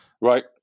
Right